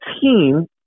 team